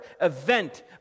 event